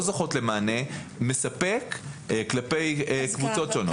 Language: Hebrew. לא זוכות למענה מספק כלפי קבוצות שונות.